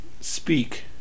speak